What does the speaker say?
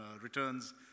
returns